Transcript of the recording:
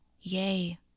Yay